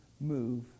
move